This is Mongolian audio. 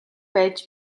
байж